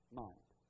mind